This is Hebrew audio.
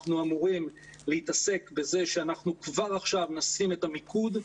אנחנו אמורים להתעסק בזה שאנחנו כבר עכשיו נשים את המיקוד.